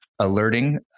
alerting